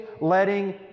letting